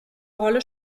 rolle